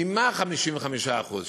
ממה 55%?